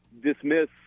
dismiss